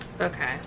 Okay